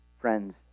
friends